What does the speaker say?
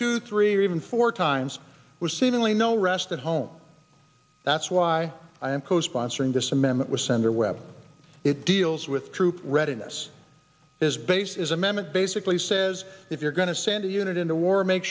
two three or even four times with seemingly no rest at home that's why i'm co sponsoring this amendment with senator webb it deals with troop readiness is based is a mammoth basically says if you're going to send a unit into war make